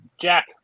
Jack